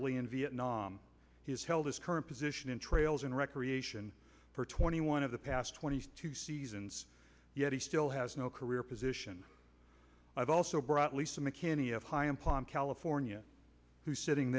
bly in vietnam he's held his current position in trails and recreation for twenty one of the past twenty two seasons yet he still has no career position i've also brought lisa mcanany of high upon california who sitting